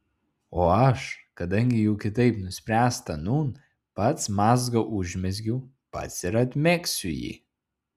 o aš kadangi jau kitaip nuspręsta nūn pats mazgą užmezgiau pats ir atmegsiu jį